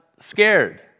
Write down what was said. Scared